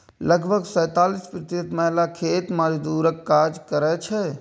लगभग सैंतालिस प्रतिशत महिला खेत मजदूरक काज करै छै